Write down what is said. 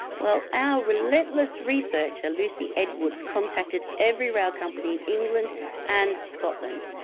well our relentless research lucy edwards contacted every rail company in england and scotland.